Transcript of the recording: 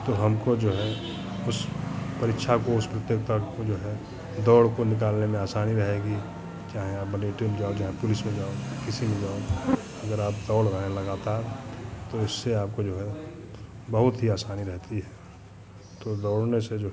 तो हमको जो है उस परीक्षा को उस प्रतियोगिता को जो है दौड़ को निकालने में आसानी रहेगी चाहे आप मिलिट्री में जाओ चाहे पुलिस में जाओ किसी भी जाओ अगर आप दौड़ रहे हैं लगातार तो इससे आपको जो है बहुत ही आसानी रहती है तो दौड़ने से जो है